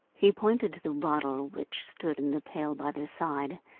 he pointed to the bottle which stood in the pail by their side,